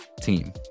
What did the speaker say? team